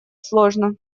сложно